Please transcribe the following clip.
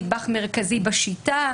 נדבך מרכזי בשיטה,